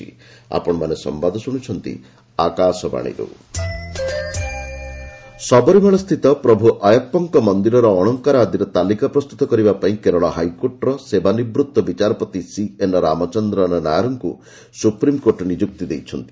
SC Sabarimala Sabarimala ସ୍ଥିତ ପ୍ରଭୁ ଆୟସ୍କା ମନ୍ଦିରର ଅଳଙ୍କାର ଆଦିର ତାଲିକା ପ୍ରସ୍ତୁତ କରିବା ପାଇଁ କେରଳ ହାଇକୋର୍ଟର ସେବା ନିବୃତ୍ତ ବିଚାରପତି ସିଏନ୍ ରାମଚନ୍ଦ୍ରନ ନାୟାର୍କୁ ସୁପ୍ରିମ୍କୋର୍ଟ ନିଯୁକ୍ତି ଦେଇଛନ୍ତି